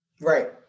Right